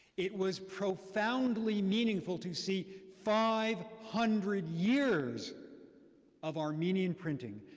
it was profoundly meaningful to see five hundred years of armenian printing.